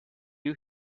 you